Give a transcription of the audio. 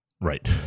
Right